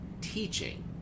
teaching